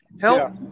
Help